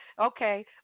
Okay